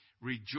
rejoice